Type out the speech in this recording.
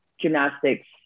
gymnastics